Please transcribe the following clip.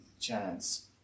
chance